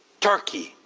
turkey,